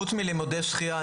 חוץ מלימודי שחייה,